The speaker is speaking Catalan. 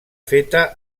feta